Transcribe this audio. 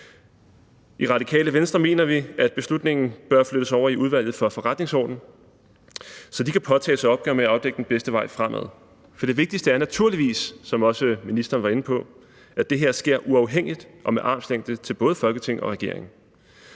I Radikale Venstre mener vi, at beslutningen bør flyttes over i Udvalget for Forretningsordenen, så de kan påtage sig opgaven med at afdække den bedste vej fremad, for det vigtigste er naturligvis, som ministeren også var inde på, at det her sker uafhængigt og med armslængde til både Folketinget og regeringen.